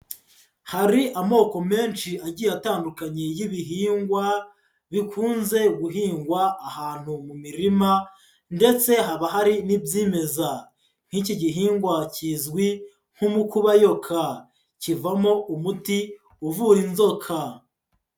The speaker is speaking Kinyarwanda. hari amoko menshi agiye atandukanye y'ibihingwa bikunze guhingwa ahantu mu mirima ndetse haba hari n'ibyimeza, nk'iki gihingwa kizwi nk'umukubayoka, kivamo umuti uvura inzoka.